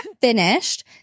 finished